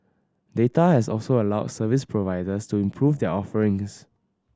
data has also allowed service providers to improve their offerings